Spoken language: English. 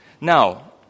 Now